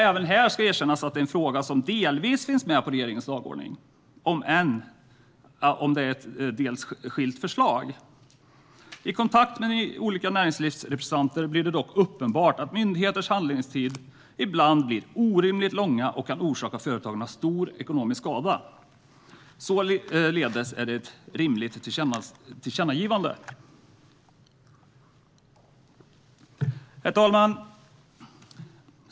Även här ska det erkännas att det är en fråga som delvis finns med på regeringens dagordning, om än med skilda förslag. I kontakt med olika näringslivsrepresentanter blir det dock uppenbart att myndigheters handläggningstider ibland blir orimligt långa och kan orsaka företagare stor ekonomisk skada. Således är det ett rimligt tillkännagivande. Herr talman!